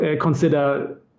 consider